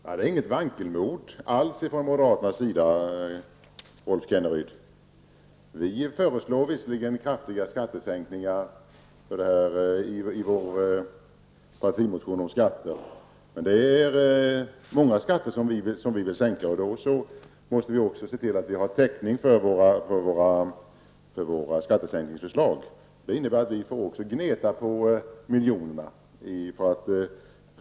Herr talman! Det är inte fråga om något vankelmod från moderaterna, Rolf Kenneryd. Vi föreslår visserligen kraftiga skattesänkningar i vår partimotion om skatter, men det är många skatter som vi vill sänka, och då måste vi också se till att ha täckning för våra förslag. Det innebär att även vi får gneta på miljonerna.